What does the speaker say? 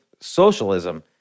socialism